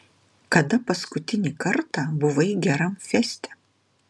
kada paskutinį kartą buvai geram feste